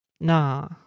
nah